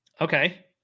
Okay